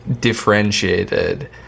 differentiated